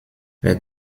les